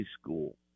School